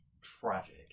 tragic